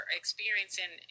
experiencing